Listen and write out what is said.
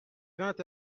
vingt